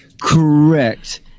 Correct